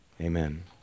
amen